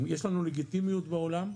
יש לנו לגיטימיות בעולם,